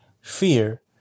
fear